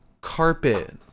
carpet